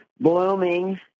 blooming